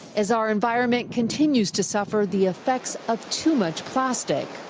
as our environment continues to suffer the effects of too much plastic.